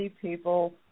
people